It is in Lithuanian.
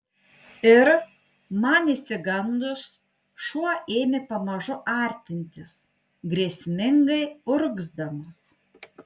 ir man išsigandus šuo ėmė pamažu artintis grėsmingai urgzdamas